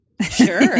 Sure